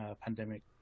pandemic